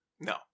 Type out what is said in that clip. No